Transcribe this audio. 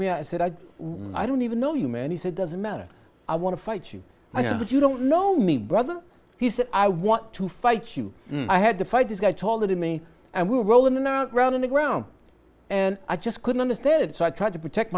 me i said i i don't even know you man he said doesn't matter i want to fight you i said you don't know me brother he said i want to fight you i had to fight this guy told to me and we were rolling around on the ground and i just couldn't understand it so i tried to protect